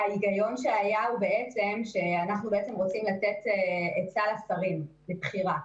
ההיגיון שהיה הוא שאנחנו בעצם רוצים לתת היצע לשרים לבחירה,